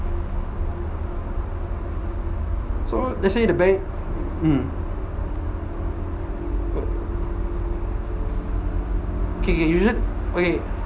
so let's say the bank um K K you just okay